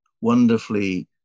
wonderfully